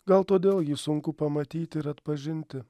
gal todėl jį sunku pamatyti ir atpažinti